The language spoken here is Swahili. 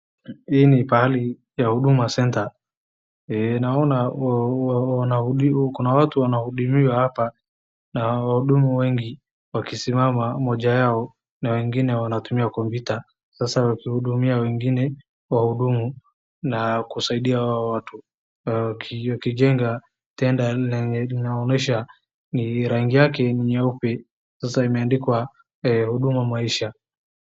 Hii ni pahali ya huduma centre naona kuna watu wanahudumiwa hapa na wahudumu wengi wakisimama moja yao na wengine wanatumia kompyuta sasa wakihudumia wengine wahudumu na kusaidia watu wakijenga tendo linaonyesha rangi yake ni nyeupe sasa imendikwa huduma maisha .